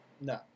No